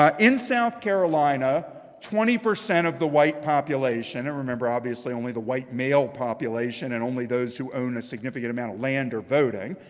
in south carolina twenty percent of the white population, and remember obviously only the white male population, and only those who own a significant amount of land are voting,